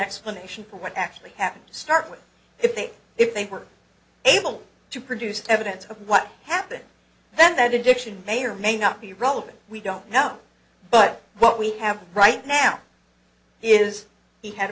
explanation for what actually happened start with if they if they were able to produce evidence of what happened then that addiction may or may not be relevant we don't know but what we have right now is he had a